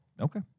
Okay